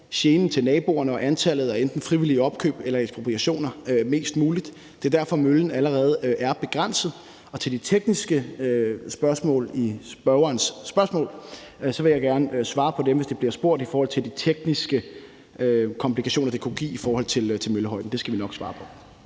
genen til naboerne og antallet af enten frivillige opkøb eller ekspropriationer mest muligt. Det er derfor, møllen allerede er begrænset. Og med hensyn til de tekniske spørgsmål fra spørgeren vil jeg gerne svare på dem, hvis der bliver spurgt i forhold til de tekniske komplikationer, det kunne give i forhold til møllehøjden. Det skal vi nok svare på.